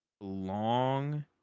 Long